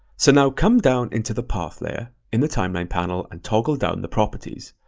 so now come down into the path layer in the timeline panel and toggle down the properties.